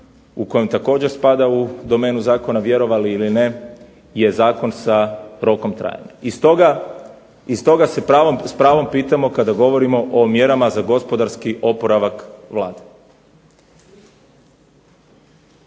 kojom također spada u domenu Zakona Vjerovali ili ne je zakon sa rokom trajanja i stoga se s pravom pitamo kada govorimo o mjerama za gospodarski oporavak Vlade.